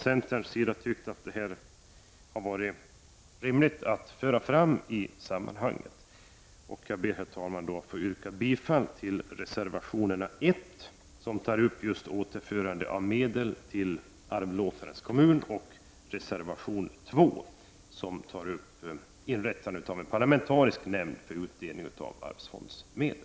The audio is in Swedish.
Centern har ansett att detta har varit rimligt att föra fram i detta sammanhang. Herr talman! Jag ber att få yrka bifall till reservation 1, som berör frågan om återförande av medel till arvlåtarens kommun. Vidare yrkar jag bifall till reservation 2 om inrättande av en parlamentarisk nämnd för utdelning av arvsfondsmedel.